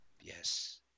Yes